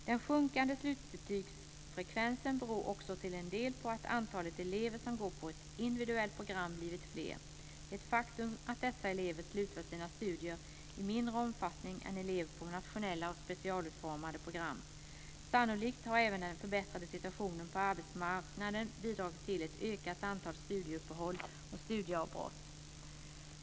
Den sjunkande slutbetygsfrekvensen beror också till en del på att antalet elever som går på ett individuellt program blivit fler. Det är ett faktum att dessa elever slutför sina studier i mindre omfattning än elever på nationella och specialutformade program. Sannolikt har även den förbättrade situationen på arbetsmarknaden bidragit till ett ökat antal studieuppehåll och studieavbrott.